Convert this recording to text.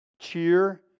cheer